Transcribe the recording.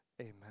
amen